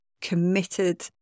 committed